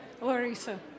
Larissa